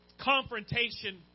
confrontation